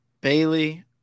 bailey